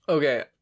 Okay